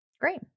Great